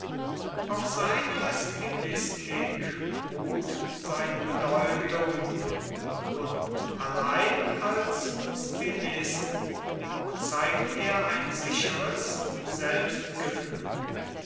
auf seiner stilistik ruht seine bedeutung und allein als stilist auch zeigt er ein sicheres selbstgefühl